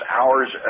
hours